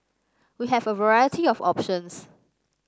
we have a variety of options